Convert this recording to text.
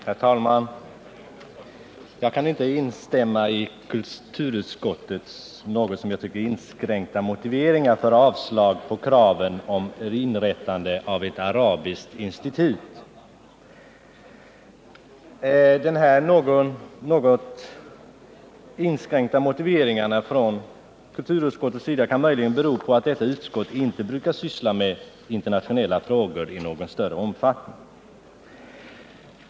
Herr talman! Jag kan inte instämma i kulturutskottets enligt min mening något inskränkta motiveringar för ett avstyrkande av kravet på inrättandet av ett arabiskt institut. Kulturutskottets något inskränkta motiveringar kan möjligen bero på att utskottet inte brukar syssla med internationella frågor i någon större omfattning.